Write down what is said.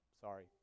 sorry